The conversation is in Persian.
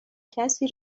کسی